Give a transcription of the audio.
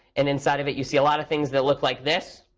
and inside of it you see a lot of things that look like this,